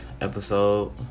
episode